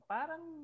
parang